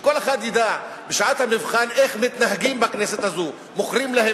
כדי שכל אחד ידע איך מתנהגים בכנסת הזו בשעת מבחן.